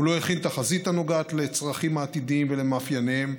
הוא לא הכין תחזית הנוגעת לצרכים העתידיים ולמאפייניהם,